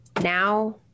now